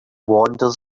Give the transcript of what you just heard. wanders